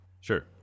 Sure